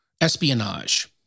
espionage